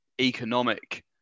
economic